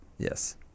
Yes